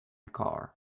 car